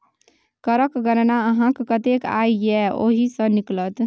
करक गणना अहाँक कतेक आय यै ओहि सँ निकलत